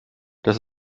das